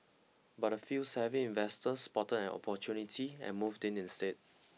but a few savvy investors spotted an opportunity and moved in instead